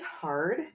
hard